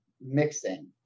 mixing